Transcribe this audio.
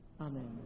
Amen